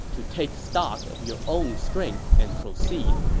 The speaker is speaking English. to take stock of your own strength and proceed.